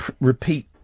repeat